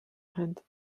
hand